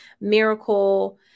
Miracle